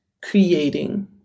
creating